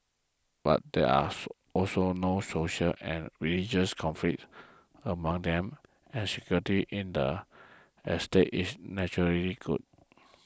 and there are also no racial and religious conflicts among them and security in the estates is good